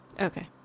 Okay